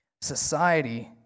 Society